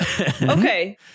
Okay